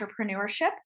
entrepreneurship